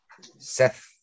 Seth